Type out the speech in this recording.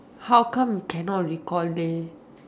how come you cannot recall leh